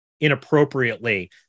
inappropriately